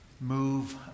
Move